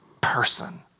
person